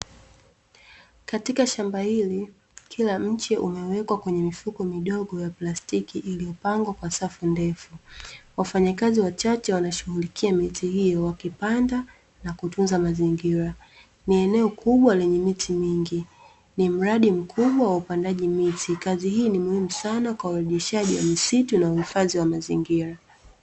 Katika shamba hili kila mche umeweka kwenye mifuko midogo ya plastiki iliyopangwa kwa safu ndefu. Wafanyakazi wachache wanashughulikia miti hiyo wakipanda na kutunza mazingira, ni eneo kubwa lenye miti mingi ni maradi mkubwa wa upandaji miti. Kazi hii ni muhimu sana kwa urejeshaji wa misitu na uhifadhi wa mazingira.